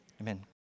amen